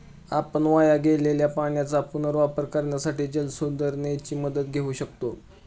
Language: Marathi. आपण वाया गेलेल्या पाण्याचा पुनर्वापर करण्यासाठी जलसुधारणेची मदत घेऊ शकतो